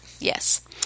Yes